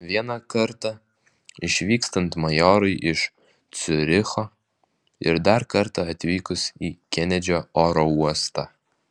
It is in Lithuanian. vieną kartą išvykstant majorui iš ciuricho ir dar kartą atvykus į kenedžio oro uostą